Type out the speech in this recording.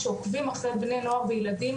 שעוקבים אחרי בני נוער וילדים,